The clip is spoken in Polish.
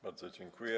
Bardzo dziękuję.